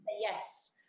Yes